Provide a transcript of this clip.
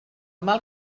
mal